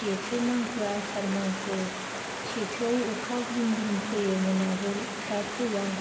जेथो मांखो आसार मांखो जेथोआव अखा ग्रुंम ग्रुंम फैयोमोन आगोल दा फैया